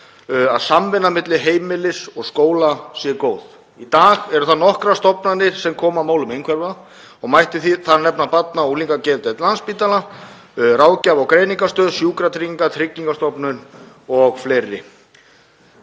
að samvinna milli heimilis og skóla sé góð. Í dag eru það nokkrar stofnanir sem koma að málum einhverfra og mætti þar nefna barna- og unglingageðdeild Landspítala, Ráðgjafar- og greiningarstöð, Sjúkratryggingar, Tryggingastofnun og fleiri.